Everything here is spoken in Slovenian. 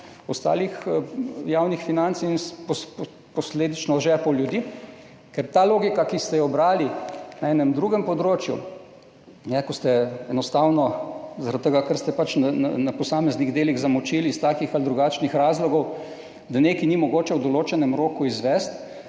ostalih javnih financ in posledično žepov ljudi, ker ta logika, ki ste jo ubrali na enem drugem področju, ko ste enostavno zaradi tega, ker ste pač na posameznih delih zamočili iz takih ali drugačnih razlogov, da nekaj ni mogoče izvesti v določenem roku,